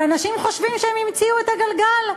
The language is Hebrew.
ואנשים חושבים שהם המציאו את הגלגל.